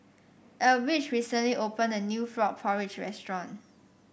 Elbridge recently opened a new Frog Porridge restaurant